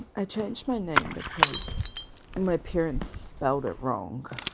i changed my name because my parents spelled it wrong